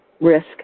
risk